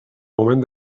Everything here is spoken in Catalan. moment